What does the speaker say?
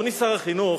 אדוני שר החינוך,